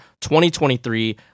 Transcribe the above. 2023